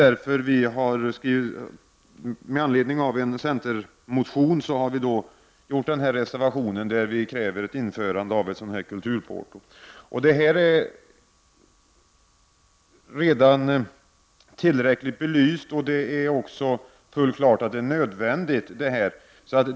Därför har vi med anledning av en centermotion avgivit en reservation där vi kräver införande av ett kulturporto. Denna fråga är redan tillräckligt belyst, och det är fullt klart att ett kulturporto är nödvändigt.